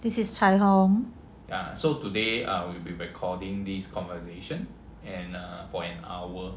this is chai hong